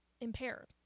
impaired